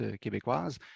québécoise